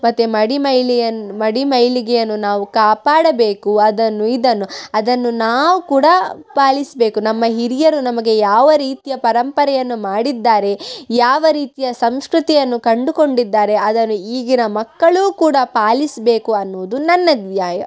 ಮತ್ತು ಮಡಿ ಮೈಲಿಯನ್ ಮಡಿ ಮೈಲಿಗೆಯನ್ನು ನಾವು ಕಾಪಾಡಬೇಕು ಅದನ್ನು ಇದನ್ನು ಅದನ್ನು ನಾವು ಕೂಡ ಪಾಲಿಸಬೇಕು ನಮ್ಮ ಹಿರಿಯರು ನಮಗೆ ಯಾವ ರೀತಿಯ ಪರಂಪರೆಯನ್ನು ಮಾಡಿದ್ದಾರೆ ಯಾವ ರೀತಿಯ ಸಂಸ್ಕೃತಿಯನ್ನು ಕಂಡುಕೊಂಡಿದ್ದಾರೆ ಅದನ್ನು ಈಗಿನ ಮಕ್ಕಳೂ ಕೂಡ ಪಾಲಿಸಬೇಕು ಅನ್ನುವುದು ನನ್ನ ಧ್ಯೇಯ